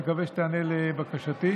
אני מקווה שתיענה לבקשתי.